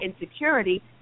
insecurity